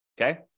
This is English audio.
Okay